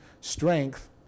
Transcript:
strength